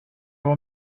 were